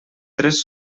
tres